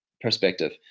perspective